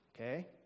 Okay